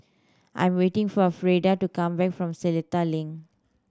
I'm waiting for a Freeda to come back from Seletar Link